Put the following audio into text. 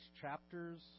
chapters